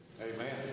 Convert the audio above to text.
Amen